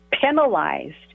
penalized